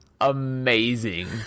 amazing